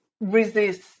resist